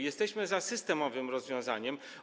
Jesteśmy za systemowym rozwiązaniem.